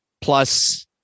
Plus